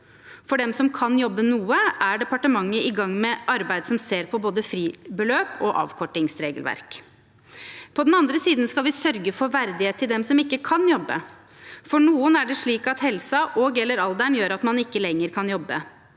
For dem som kan jobbe noe, er departementet i gang med arbeid som ser på både fribeløp og avkortingsregelverk. På den andre siden skal vi sørge for verdighet til dem som ikke kan jobbe. For noen er det slik at helsen og/eller alderen gjør at man ikke lenger kan jobbe.